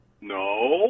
No